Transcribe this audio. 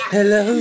Hello